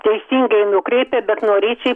teisingai nukreipia bet norėčiau